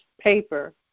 paper